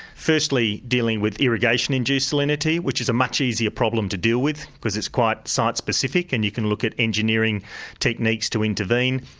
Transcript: firstly dealing with irrigation-induced salinity, which is a much easier problem to deal with because it's quite site-specific, and you can look at engineering techniques to intervene.